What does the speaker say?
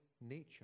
nature